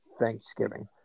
Thanksgiving